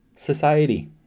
society